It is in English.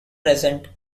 present